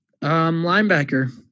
linebacker